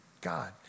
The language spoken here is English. God